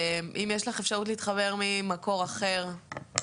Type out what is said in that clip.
אם יש לך אפשרות להתחבר ממקור אחר.